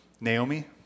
Naomi